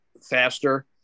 faster